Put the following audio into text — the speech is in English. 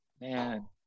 Man